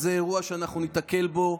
וגם זה אירוע שאנחנו ניתקל בו,